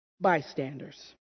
bystanders